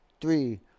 three